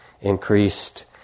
increased